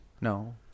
no